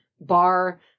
bar